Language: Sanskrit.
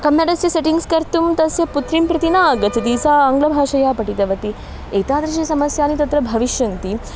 कन्नडस्य सेटिङ्ग्स् कर्तुं तस्य पुत्रीं प्रति न आगच्छति सा आङ्ग्लभाषया पठितवती एतादृशाः समस्याः तत्र भविष्यन्ति